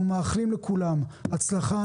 אנחנו מאחלים לכולם בהצלחה.